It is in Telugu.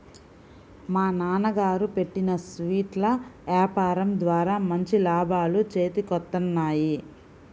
మా నాన్నగారు పెట్టిన స్వీట్ల యాపారం ద్వారా మంచి లాభాలు చేతికొత్తన్నాయి